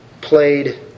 played